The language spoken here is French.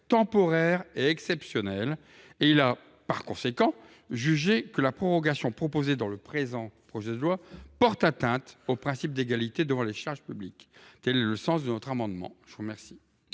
temporaire et exceptionnel. Il a par conséquent jugé que la prorogation proposée dans le présent projet de loi portait atteinte au principe d’égalité devant les charges publiques. Tel est le sens de notre amendement. Quel